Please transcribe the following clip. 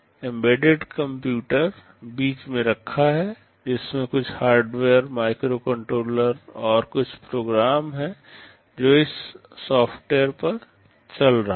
embedded computer बीच में रखा है जिसमें कुछ हार्डवेयर माइक्रोकंट्रोलर और कुछ प्रोग्राम है जो इसके सॉफ्टवेयर पर चल रहा है